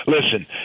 listen